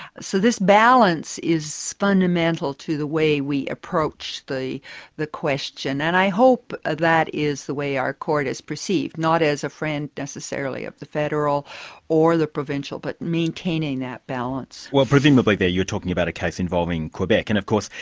so, this balance is fundamental to the way we approach the the question. and i hope ah that is the way our court is perceived, not as a friend, necessarily, of the federal or the provincial, but maintaining that balance. well, presumably there you're talking about a case involving quebec. and of course,